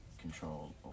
control